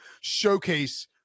showcase